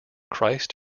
christ